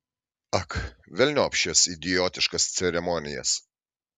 ak velniop šias idiotiškas ceremonijas